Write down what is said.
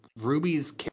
Ruby's